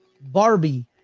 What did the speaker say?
Barbie